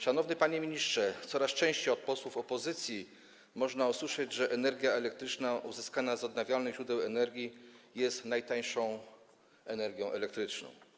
Szanowny panie ministrze, coraz częściej od posłów opozycji można usłyszeć, że energia elektryczna uzyskiwana z odnawialnych źródeł energii jest najtańszą energią elektryczną.